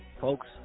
folks